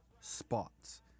spots